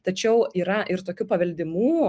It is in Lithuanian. tačiau yra ir tokių paveldimų